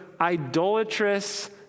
idolatrous